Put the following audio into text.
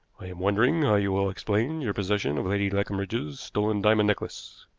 i am wondering how you will explain your possession of lady leconbridge's stolen diamond necklace.